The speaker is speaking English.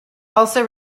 also